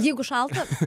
jeigu šalta